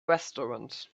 restaurant